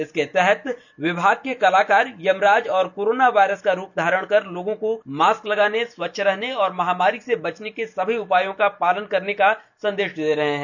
इसके तहत विभाग के कलाकार यमराज और कोरोना वायरस का रूप धारण कर लोगों को मास्क लगाने स्वच्छ रहने और इस महामारी से बचने के सभी उपायों का पालन करने का संदेश दे रहे हैं